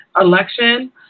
election